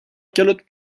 calotte